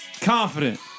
confident